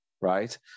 right